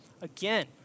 Again